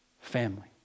family